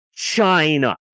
China